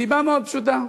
מסיבה מאוד פשוטה,